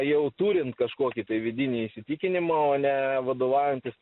jau turint kažkokį vidinį įsitikinimą o ne vadovaujantis